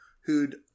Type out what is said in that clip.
who'd